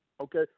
okay